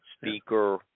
speaker